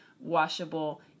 washable